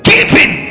Giving